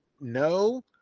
no